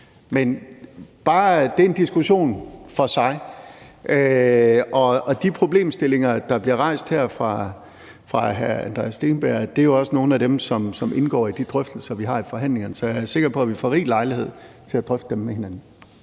tage den diskussion for sig. Og de problemstillinger, der bliver rejst her af hr. Andreas Steenberg, er jo også nogle af dem, der indgår i de drøftelser, vi har i forhandlingerne. Så jeg er sikker på, at vi får rig lejlighed til at drøfte dem med hinanden.